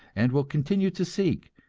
and will continue to seek,